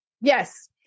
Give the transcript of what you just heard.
Yes